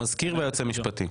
המזכיר והיועץ המשפטי.